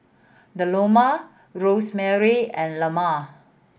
Delano Rosemarie and Lelah